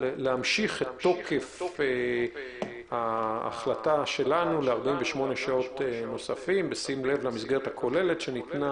להמשיך את תוקף ההחלטה שלנו ל-48 נוספות בשים לב למסגרת הכוללת שניתנה,